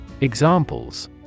Examples